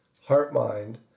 heart-mind